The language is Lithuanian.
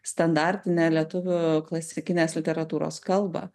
standartinę lietuvių klasikinės literatūros kalbą